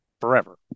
forever